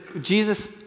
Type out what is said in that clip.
Jesus